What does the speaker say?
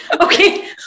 Okay